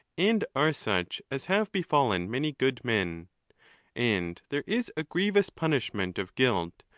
and are such as have befallen many good men and there is a grievous punishment of guilt,